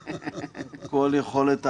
כאחד.